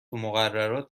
مقررات